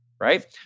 Right